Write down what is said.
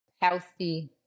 healthy